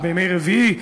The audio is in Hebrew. או בימי רביעי,